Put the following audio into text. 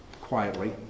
quietly